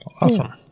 awesome